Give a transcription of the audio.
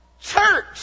church